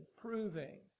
proving